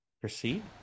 proceed